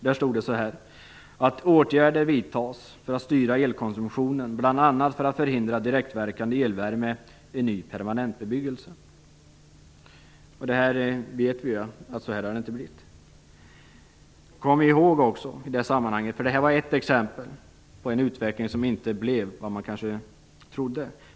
Där stod det: "- att åtgärder vidtas för att styra elkonsumtionen, bl.a. för att förhindra direktverkande elvärme vid ny permanentbebyggelse". Så har det inte blivit - det vet vi ju. Detta är ett exempel på en utveckling som inte blev vad man trodde.